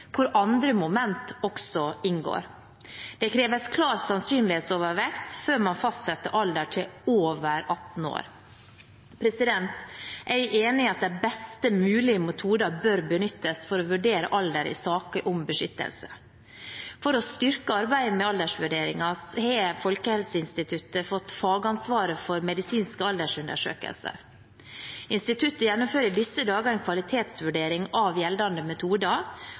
hvor andre moment også inngår. Det kreves klar sannsynlighetsovervekt før man fastsetter alder til over 18 år. Jeg er enig i at de best mulige metoder bør benyttes for å vurdere alder i saker om beskyttelse. For å styrke arbeidet med aldersvurdering har Folkehelseinstituttet fått fagansvaret for medisinske aldersundersøkelser. Instituttet gjennomfører i disse dager en kvalitetsvurdering av gjeldende metoder